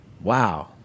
wow